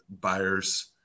buyers